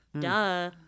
Duh